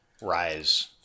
Rise